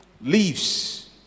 leaves